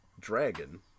dragon